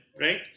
right